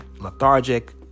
lethargic